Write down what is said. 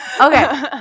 Okay